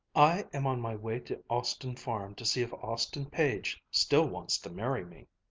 i am on my way to austin farm to see if austin page still wants to marry me.